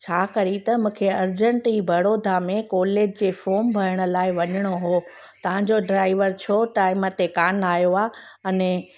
छाकाणि त मूंखे अरजैंट ई बड़ोदा में कॉलेज जे फॉम भरण लाइ वञिणो हुओ तव्हांजो ड्राइवर छो टाइम ते कान आयो आहे अने